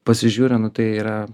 pasižiūriu nu tai yra